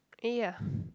eh ya